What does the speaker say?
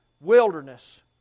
wilderness